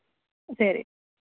ശരി